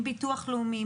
עם ביטוח לאומי,